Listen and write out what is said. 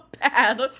bad